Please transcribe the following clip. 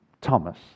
Thomas